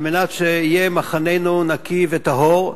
על מנת שיהיה מחננו נקי וטהור.